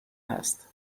هست